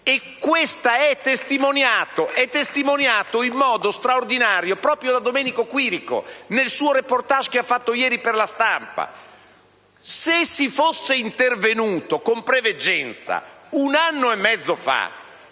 Questo è testimoniato in modo straordinario proprio da Domenico Quirico nel suo *reportage* che ha fatto ieri per «La Stampa». Se si fosse intervenuti con preveggenza un anno e mezzo fa